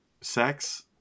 sex